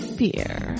beer